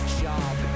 job